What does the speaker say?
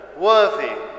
worthy